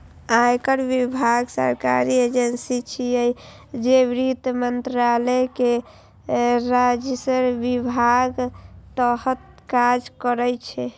आयकर विभाग सरकारी एजेंसी छियै, जे वित्त मंत्रालय के राजस्व विभागक तहत काज करै छै